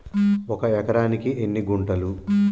ఒక ఎకరానికి ఎన్ని గుంటలు?